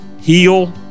heal